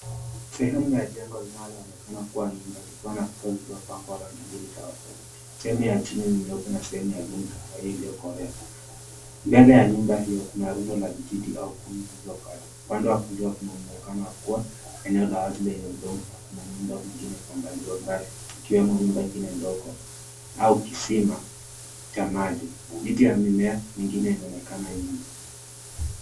Sehemu ya jengo inayoonekana kuwa nyumba ikiwa na kuta zilizopakwa rangi mbili tofauti. Sehemu ya chini ni nyeupe na sehemu ya juu ni kahawia iliyokolea. Mbele ya nyumba hio kuna rundo ya vijiti au kuni zilizokatwa. Upande wa kulia kuna muonekano wa kuwa eneo la wazi lenye udongo na muundo mwingine kwa umbali wa mbali, ikiwemo nyumba ndogo au kisima cha maji. Miti ya mimea mingine inaonekana nyuma.